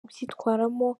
ubyitwaramo